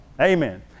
Amen